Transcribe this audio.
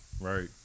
Right